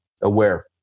aware